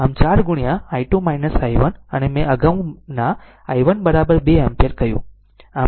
આમ 4 ગુણ્યા i2 i1 અને મેં અગાઉના i1 2 એમ્પીયર કહ્યું